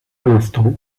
instants